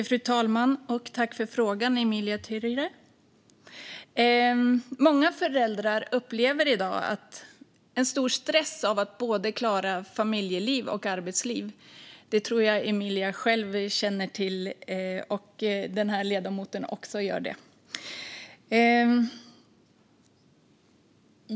Fru talman! Tack för frågan, Emilia Töyrä! Många föräldrar upplever i dag en stor stress när det gäller att både klara av familjeliv och arbetsliv. Det tror jag att Emilia själv känner till, precis som den här ledamoten gör.